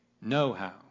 know-how